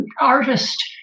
artist